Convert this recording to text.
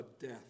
death